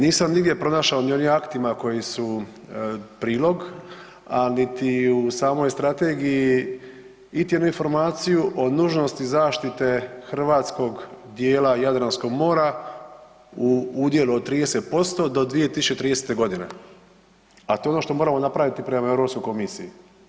Nisam nigdje pronašao ni u onim aktima koji su prilog, a niti u samoj strategiji iti jednu informaciju o nužnosti zaštite hrvatskog dijela Jadranskog mora u udjelu od 30% do 2030. godine, a to je ono što moramo napraviti prema Europskoj komisiji.